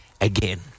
again